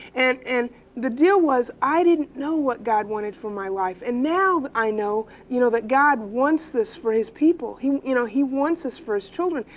and and the deal was i didn't know what god wanted for my life. and now i know, you know, that god wants this for his people. you know, he wants this for his children,